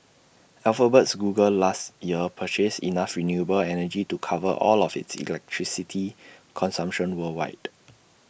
Alphabet's Google last year purchased enough renewable energy to cover all of its electricity consumption worldwide